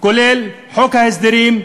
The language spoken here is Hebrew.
כולל חוק ההסדרים,